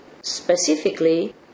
Specifically